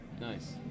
nice